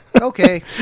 Okay